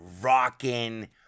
rocking